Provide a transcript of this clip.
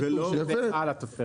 לא כתוב שזה על התוצרת.